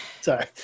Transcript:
Sorry